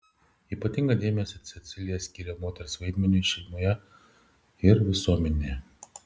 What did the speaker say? ypatingą dėmesį cecilija skyrė moters vaidmeniui šeimoje ir visuomenėje